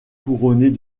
couronnée